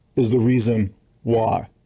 is the reason why.